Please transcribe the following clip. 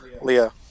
Leo